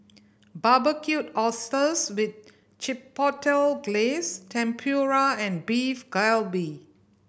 Barbecued Oysters with Chipotle Glaze Tempura and Beef Galbi